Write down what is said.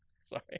sorry